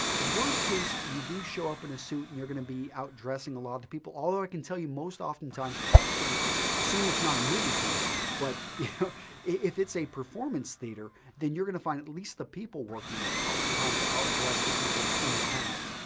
worst case, you do show up in a suit and you're going to be outdressing a lot of the people, although i can tell you most oftentimes assuming it's not a movie theater but yeah if it's a performance theater, then you're going to find at least the people working there oftentimes outdress the people in attendance,